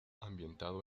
ambientado